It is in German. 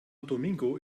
domingo